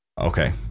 Okay